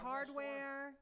Hardware